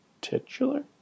Titular